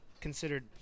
considered